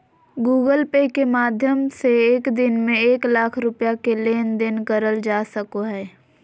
Google Pay के माध्यम से एक दिन में एक लाख रुपया के लेन देन करल जा सको हय